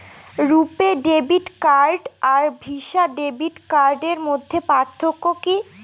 রূপে debit card আর Visa debit কার্ডের মধ্যে পার্থক্য কি?